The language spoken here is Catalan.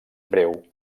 breu